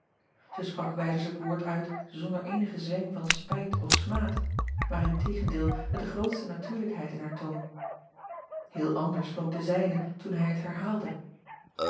ij sprak wijders het woord uit zonder eenigen zweem van spijt of smaad maar in tegendeel met de grootste natuurlijkheid in haar toon eel anders klonk de zijne toen hij het herhaalde